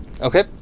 Okay